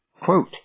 Quote